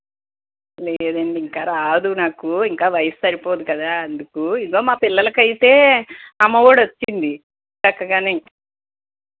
లేదండి ఇంకా రాదు నాకు ఇంకా వయసు సరిపోదు కదా అందుకు ఇదిగో మా పిల్లలకైతే అమ్మఒడి వచ్చింది చక్కగానే